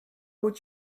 would